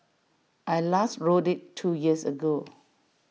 I last rode IT two years ago